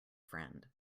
friend